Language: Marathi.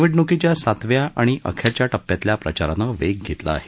निवडणुकीच्या सातव्या आणि अखेरच्या टप्प्यातल्या प्रचारानं वेग घेतला आहे